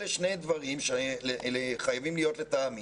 אלה שני דברים שחייבים להיות לטעמי,